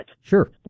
Sure